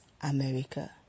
America